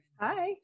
Hi